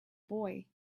boy